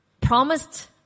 promised